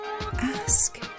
ask